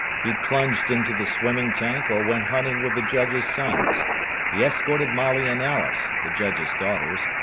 he plunged into the swimming tank or went hunting with the judge's sons he escorted mollie and alice, the judge's daughters,